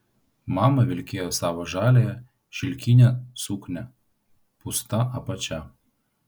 mama vilkėjo savo žaliąją šilkinę suknią pūsta apačia